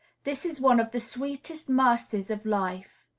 this is one of the sweetest mercies of life,